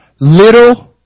little